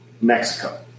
Mexico